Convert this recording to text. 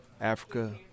Africa